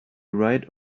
right